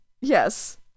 Yes